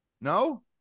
No